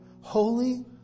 Holy